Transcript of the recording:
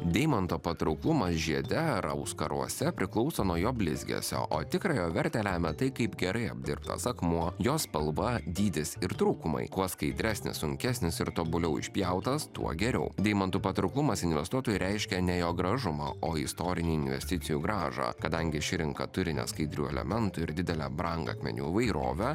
deimanto patrauklumas žiede ar auskaruose priklauso nuo jo blizgesio o tikrą jo vertę lemia tai kaip gerai apdirbtas akmuo jo spalva dydis ir trūkumai kuo skaidresnis sunkesnis ir tobuliau išpjautas tuo geriau deimantų patrauklumas investuotojui reiškia ne jo gražumą o istorinį investicijų grąžą kadangi ši rinka turi neskaidrių elementų ir didelę brangakmenių įvairovę